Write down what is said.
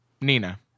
Nina